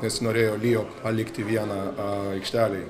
nesinorėjo lijo palikti vieną aikštelėj